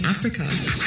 Africa